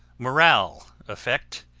morale effect,